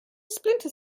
splinter